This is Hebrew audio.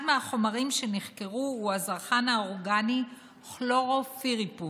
אחד החומרים שנחקרו הוא הזרחן האורגני כלורופיריפוס,